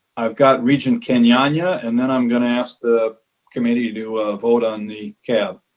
i've got regent kenyanya and then i'm going to ask the committee to vote on the cab.